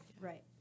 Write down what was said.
Right